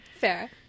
Fair